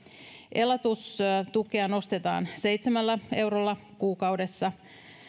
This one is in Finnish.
elatustukea nostetaan seitsemällä eurolla kuukaudessa